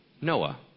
Noah